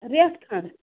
رٮ۪تھ کھنٛڈ